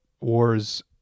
wars